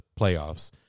playoffs